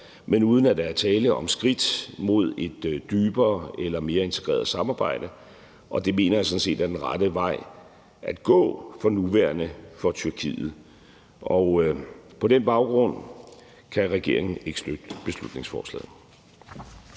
men uden at der er tale om skridt mod et dybere eller mere integreret samarbejde, og det mener jeg sådan set for nuværende er den rette vej at gå for Tyrkiet. På den baggrund kan regeringen ikke støtte beslutningsforslaget.